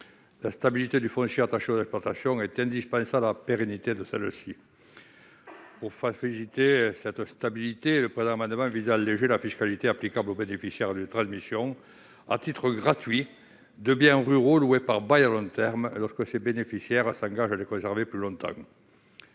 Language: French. La stabilité du foncier attaché aux exploitations est indispensable à la pérennité de celles-ci. Pour favoriser cette stabilité, le présent amendement vise à alléger la fiscalité applicable aux bénéficiaires d'une transmission à titre gratuit de biens ruraux loués par bail à long terme lorsque ces bénéficiaires s'engagent à les conserver plus longtemps.